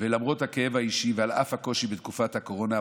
ולמרות הכאב האישי ועל אף הקושי בתקופת הקורונה,